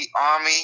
Army